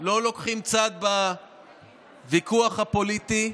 לא לוקחים צד בוויכוח הפוליטי,